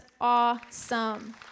awesome